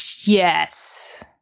Yes